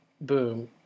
boom